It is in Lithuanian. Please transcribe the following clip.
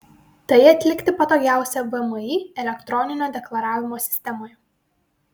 tai atlikti patogiausia vmi elektroninio deklaravimo sistemoje